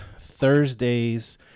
thursday's